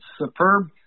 superb